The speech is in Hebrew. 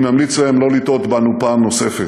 אני ממליץ להם שלא לטעות בנו פעם נוספת.